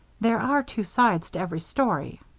there are two sides to every story.